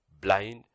blind